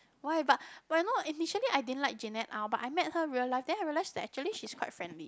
why but but you know initially I didn't like Jeanette Aw but I met her real life then realise that actually she's quite friendly